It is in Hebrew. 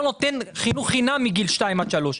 נותן חינוך חינם מגיל שנתיים עד שלוש,